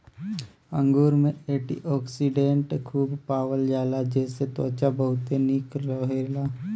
अंगूर में एंटीओक्सिडेंट खूब पावल जाला जेसे त्वचा बहुते निक रहेला